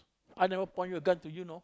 I never point you a gun to you know